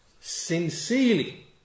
Sincerely